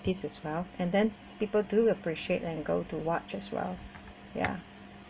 artist as well and then people do appreciate and go to watch as well yeah